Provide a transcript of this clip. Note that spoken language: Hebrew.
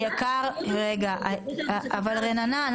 לא --- אבל רננה,